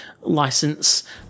license